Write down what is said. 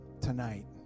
tonight